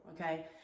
okay